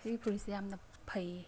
ꯁꯤꯒꯤ ꯐꯨꯔꯤꯠꯁꯦ ꯌꯥꯝ ꯐꯩꯌꯦ